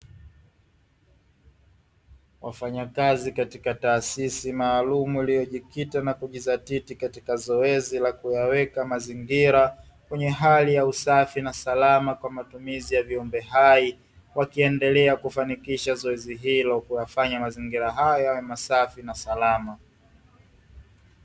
Wafanyakazi katika taasisi maalumu iliyojikita na kujizatiti katika zoezi la kuyaweka mazingira kwenye hali ya usafi na salama kwa matumizi ya viumbe hai . Wakiendelea kufanikisha zoezi hilo kwa kufanya mazingira hayo yawe safi na salama.